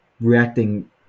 reacting